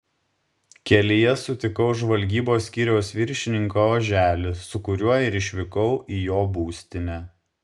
kelyje sutikau žvalgybos skyriaus viršininką oželį su kuriuo ir išvykau į jo būstinę